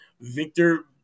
Victor